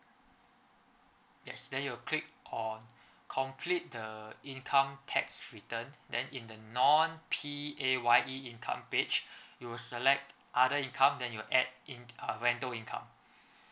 extend your click or complete the income tax return then in the non P_A_Y_E income page you will select other income then you add in uh rental income